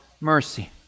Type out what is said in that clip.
mercy